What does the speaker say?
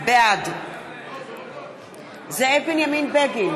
בעד זאב בנימין בגין,